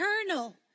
eternal